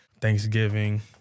Thanksgiving